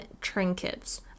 trinkets